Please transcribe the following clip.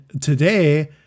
today